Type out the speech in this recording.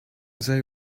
day